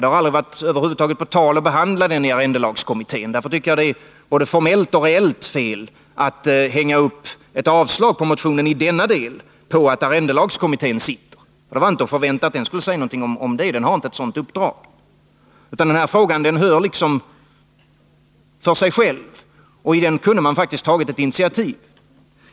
Det har över huvud taget aldrig varit på tal att behandla den i arrendelagskommittén. Därför tycker jag att det är både reellt och formellt fel att hänga upp ett avslag på motionen i denna del på att det sitter en arrendelagskommitté. Det är ju inte att förvänta att den skall säga något om den här frågan — det är inte dess uppdrag. Frågan hör liksom till sig själv, och i den kunde faktiskt utskottet ha tagit ett initiativ.